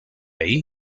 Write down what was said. ahí